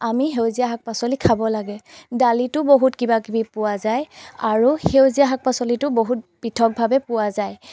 আমি সেউজীয়া শাক পাচলি খাব লাগে দালিটো বহুত কিবাকিবি পোৱা যায় আৰু সেউজীয়া শাক পাচলিতটো বহুত পৃথকভাৱে পোৱা যায়